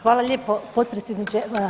Hvala lijepo potpredsjedniče.